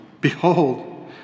behold